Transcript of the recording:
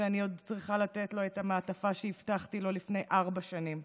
שאני עוד צריכה לתת לו את המעטפה שהבטחתי לו לפני ארבע שנים,